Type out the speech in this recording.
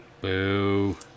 boo